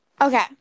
okay